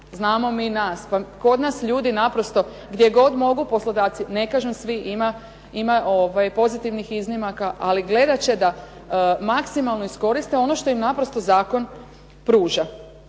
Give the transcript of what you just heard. znamo mi nas. Pa kod nas ljudi naprosto gdje god mogu poslodavci ne kažem svi, ima pozitivnih iznimaka, ali gledat će da maksimalno iskoriste ono što ima naprosto zakon pruža.